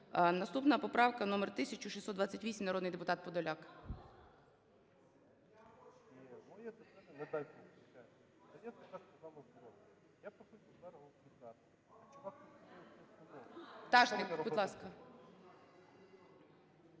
Наступна поправка - номер 1628. Народний депутат Подоляк.